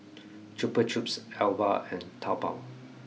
Chupa Chups Alba and Taobao